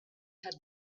had